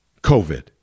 COVID